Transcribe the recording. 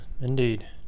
indeed